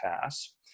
pass